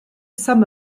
some